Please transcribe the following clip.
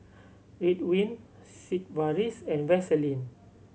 Ridwind Sigvaris and Vaselin